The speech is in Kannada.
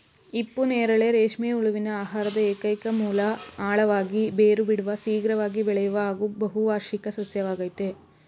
ಹಿಪ್ಪುನೇರಳೆ ರೇಷ್ಮೆ ಹುಳುವಿನ ಆಹಾರದ ಏಕೈಕ ಮೂಲ ಆಳವಾಗಿ ಬೇರು ಬಿಡುವ ಶೀಘ್ರವಾಗಿ ಬೆಳೆಯುವ ಹಾಗೂ ಬಹುವಾರ್ಷಿಕ ಸಸ್ಯವಾಗಯ್ತೆ